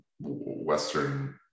Western